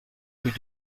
rue